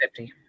50